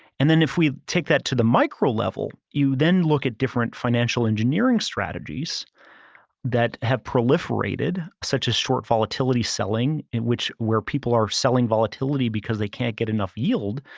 and then if we take that to the micro level, you then look at different financial engineering strategies that have proliferated such as short volatility selling in which where people are selling volatility because they can't get enough yield,